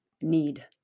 need